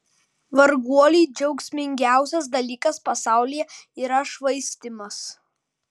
varguoliui džiaugsmingiausias dalykas pasaulyje yra švaistymas